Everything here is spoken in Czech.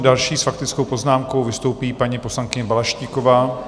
Další s faktickou poznámkou vystoupí paní poslankyně Balaštíková.